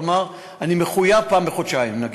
כלומר, אני מחויב פעם בחודשיים, נגיד,